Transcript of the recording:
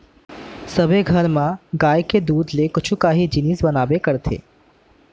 सबे घर म गाय के दूद ले कुछु काही जिनिस बनाबे करथे